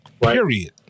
period